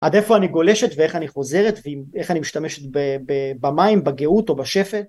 עד איפה אני גולשת ואיך אני חוזרת ואיך אני משתמשת במים בגאות או בשפל